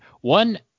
one